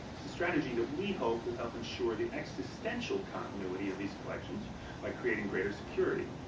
it's a strategy that we hope will help ensure the existential continuity of these collections by creating greater security.